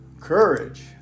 courage